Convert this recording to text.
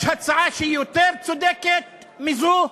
יש הצעה שהיא יותר צודקת מזו?